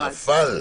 נפל,